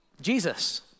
Jesus